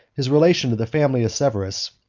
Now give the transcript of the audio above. his relation to the family of severus,